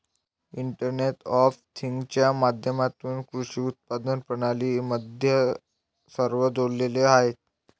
internet of थिंग्जच्या माध्यमातून कृषी उत्पादन प्रणाली मध्ये सर्व जोडलेले आहेत